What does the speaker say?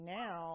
now